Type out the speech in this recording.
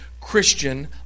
Christian